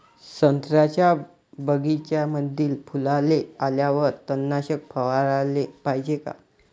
संत्र्याच्या बगीच्यामंदी फुलाले आल्यावर तननाशक फवाराले पायजे का?